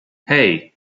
hey